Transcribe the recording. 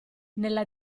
nella